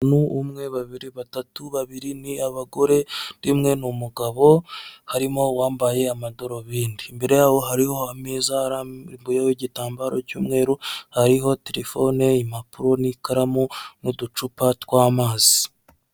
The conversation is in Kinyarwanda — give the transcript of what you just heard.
Umwe babiri batatu. Babiri ni abagore rimwe n'umugabo, harimo wambaye amadarubindi, imbere yaho hariho ameza arambuyeho igitambaro cy'umweru, hariho telefone, impapuro n'ikaramu n'uducupa tw'amazi.